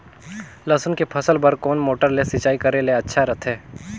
लसुन के फसल बार कोन मोटर ले सिंचाई करे ले अच्छा रथे?